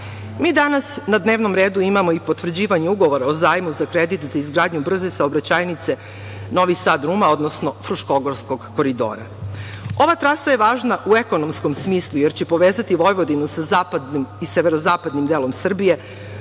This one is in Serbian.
danas na dnevnom redu imamo i potvrđivanje Ugovora o zajmu za kredit za izgradnju brze saobraćajnice Novi Sad – Ruma, odnosno Fruškogorskog koridora. Ova trasa je važna u ekonomskom smislu, jer će povezati Vojvodinu sa zapadnim i severozapadnim delom Srbije,